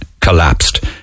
collapsed